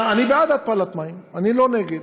אני בעד התפלת מים, אני לא נגד.